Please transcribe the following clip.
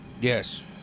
Yes